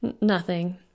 Nothing